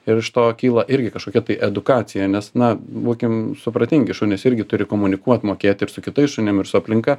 ir iš to kyla irgi kažkokia tai edukacija nes na būkim supratingi šunys irgi turi komunikuot mokėt ir su kitais šunim ir su aplinka